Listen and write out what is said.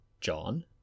John